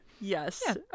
yes